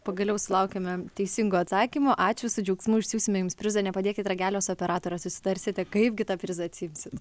pagaliau sulaukėme teisingo atsakymo ačiū su džiaugsmu išsiųsime jums prizą nepadėkit ragelio su operatore susitarsite kaipgi tą prizą atsiimsit